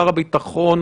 שר הביטחון,